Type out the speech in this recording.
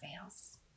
fails